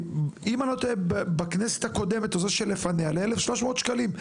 עם --- בכנסת הקודמת או זו שלפניה ל-1,300 שקלים.